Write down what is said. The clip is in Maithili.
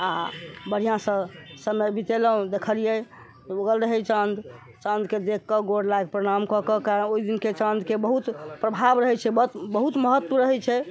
आ बढ़िऑं सॅं समय बितेलहुॅं देखलियै उगल रहै चाँद चाँद के देख के गोर लागि प्रणाम कऽ के ओहि दिन के चाँद के बहुत प्रभाव रहै छै बहुत महत्व रहै छै